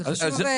זה חשוב.